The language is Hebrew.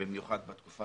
במיוחד בתקופת